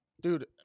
Dude